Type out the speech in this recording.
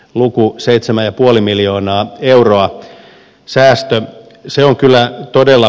lopuksi itsemme ja puoli miljoonaa euroa säästöä se on kyllä todella